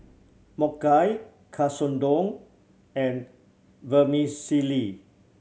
Mochi Katsudon and Vermicelli